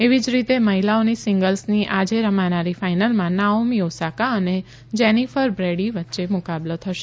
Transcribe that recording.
એવી જ રીતે મહિલાઓની સીંગલ્સની આજે રમાનારી ફાઇનલમાં નાઓમી ઓસાકા અને જેનીફર બ્રેડી વચ્ચે મુકાબલો થશે